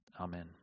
Amen